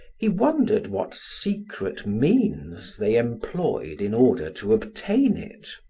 he wondered what secret means they employed in order to obtain it.